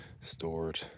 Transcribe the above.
stored